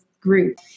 group